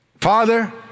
Father